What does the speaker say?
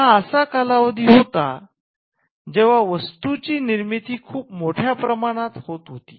हा असा कालावधी होता जेव्हा वस्तूची निर्मिती खूप मोठ्या प्रमाणात होत होती